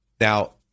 Now